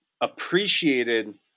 appreciated